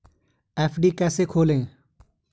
FD कैसे खोलें?